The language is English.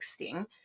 texting